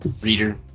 reader